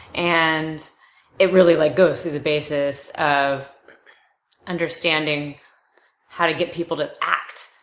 and it really like goes through the basis of understanding how to get people to act.